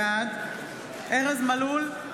בעד ארז מלול,